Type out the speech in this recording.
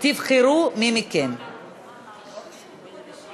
מתחדשות (הטבות מס בשל הפקת חשמל מאנרגיה מתחדשת),